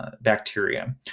bacteria